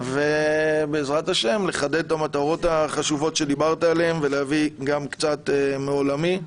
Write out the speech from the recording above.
ובעזרת השם לחדד את המטרות החשובות שדיברת עליהן ולהביא גם קצת מעולמי.